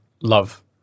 love